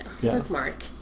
Bookmark